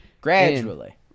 Gradually